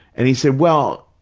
and he said, well,